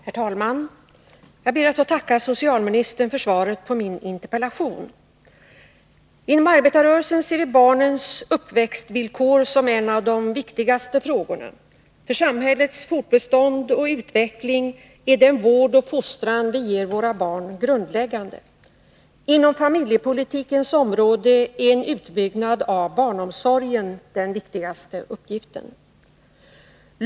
Herr talman! Jag ber att få tacka socialministern för svaret på min interpellation. Inom arbetarrörelsen ser vi barnens uppväxtvillkor som en av de viktigaste frågorna. För samhällets fortbestånd och utveckling är den vård och fostran vi ger våra barn grundläggande. Inom familjepolitikens område är en utbyggnad av barnomsorgen den viktigaste uppgiften.